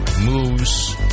moves